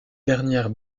dernières